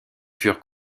furent